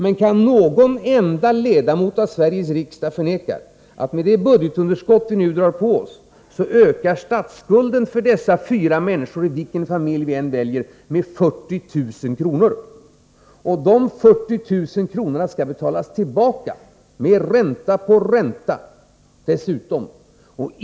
Men kan någon enda ledamot av Sveriges riksdag förneka att med det budgetunderskott vi nu drar på oss ökar statsskulden för dessa fyra människor — i vilken familj vi än väljer — med 40000 kr.? Dessa 40 000 kr. skall betalas tillbaka, med ränta på ränta dessutom.